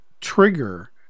trigger